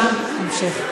השר רשאי להשיב.